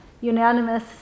unanimous